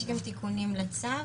יש גם תיקונים לצו.